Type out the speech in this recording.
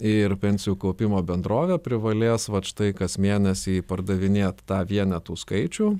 ir pensijų kaupimo bendrovė privalėjęs vat štai kas mėnesį pardavinėt tą vienetų skaičių